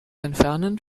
entfernen